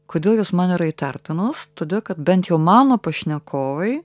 kodėl jos man yra įtartinos todėl kad bent jau mano pašnekovai